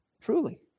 truly